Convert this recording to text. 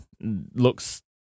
looks